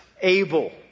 able